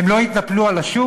הם לא יתנפלו על השוק?